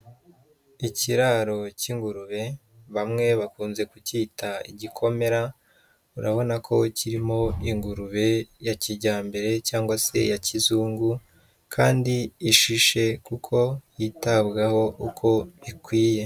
Ikiraro cy'ingurube bamwe bakunze kucyita igikomera, urabona ko kirimo ingurube ya kijyambere cyangwa se ya kizungu kandi ishishe kuko yitabwaho uko ikwiye.